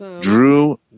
drew